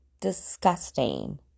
Disgusting